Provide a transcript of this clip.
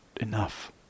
enough